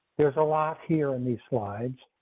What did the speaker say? there's a lot here in these slides.